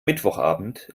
mittwochabend